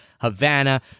Havana